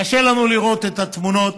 קשה לנו לראות את התמונות